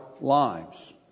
lives